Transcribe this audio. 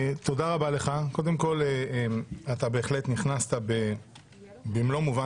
קודם כול אתה בהחלט נכנסת במלוא מובן